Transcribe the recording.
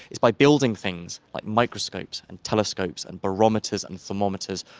it's by building things like microscopes and telescopes and barometers and thermometers,